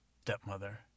Stepmother